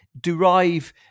derive